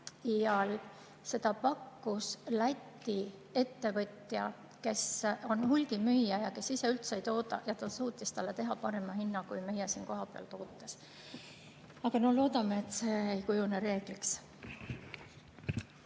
ja seda pakkus Läti ettevõtja, kes on hulgimüüja ja kes ise üldse ei tooda. Ja ta suutis talle teha parema hinna, kui meie siin kohapeal tootes. Aga loodame, et see ei kujune reegliks.